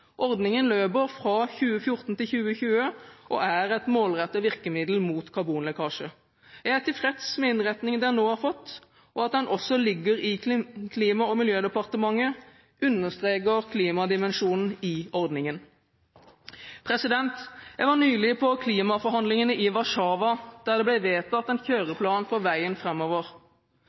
Ordningen løper fra 2014 til 2020 og er et målrettet virkemiddel mot karbonlekkasje. Jeg er tilfreds med innretningen den nå har fått. At den ligger i Klima- og miljødepartementet understreker klimadimensjonen i ordningen. Jeg var nylig på klimaforhandlingene i Warszawa, der det ble vedtatt en kjøreplan for veien